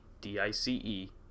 D-I-C-E